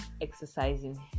exercising